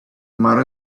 mounted